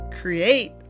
create